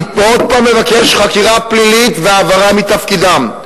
אני עוד הפעם מבקש חקירה פלילית והעברתם מתפקידם.